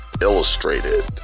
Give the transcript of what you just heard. illustrated